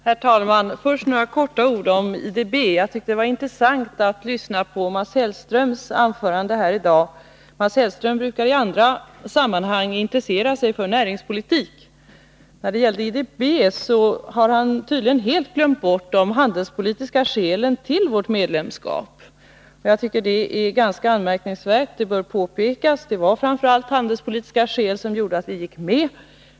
Herr talman! Jag vill börja med några ord om IDB. Det var intressant att lyssna till Mats Hellströms anförande här i dag. Mats Hellström brukar i andra sammanhang intressera sig för näringspolitik. När det gäller IDB har han tydligen helt glömt bort de handelspolitiska skälen till vårt medlemskap. Jag tycker att det är ganska anmärkningsvärt. Det bör påpekas att det var framför allt handelspolitiska skäl som gjorde att vi gick med.